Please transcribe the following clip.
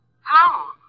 Hello